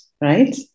right